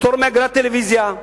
פטור מאגרת טלוויזיה,